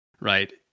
right